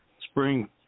spring